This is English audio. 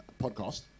podcast